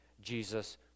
Jesus